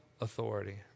authority